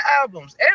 albums